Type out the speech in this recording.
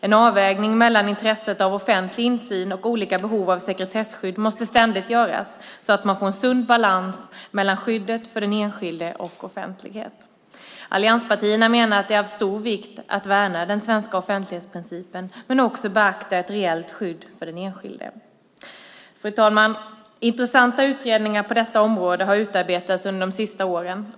En avvägning mellan intresset av offentlig insyn och olika behov av sekretesskydd måste ständigt göras så att man får en sund balans mellan skyddet för den enskilde och offentlighet. Allianspartierna menar att det är stor vikt att värna den svenska offentlighetsprincipen men också att beakta ett reellt skydd för den enskilde. Fru talman! Intressanta utredningar på detta område har utarbetats under de senaste åren.